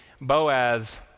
Boaz